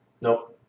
Nope